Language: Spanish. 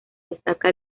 destaca